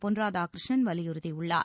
பொன் ராதாகிருஷ்ணன் வலியுறுத்தியுள்ளார்